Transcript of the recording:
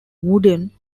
wooden